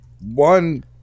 one